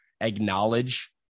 acknowledge